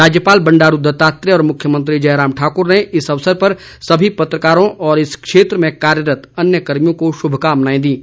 राज्यपाल बंडारू दत्तात्रेय और मुख्यमंत्री जयराम ठाकुर ने इस अवसर पर सभी पत्रकारों और इस क्षेत्र में कार्यरत्त अन्य कर्मियों को शुभकामनाएं दी हैं